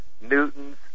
Newton's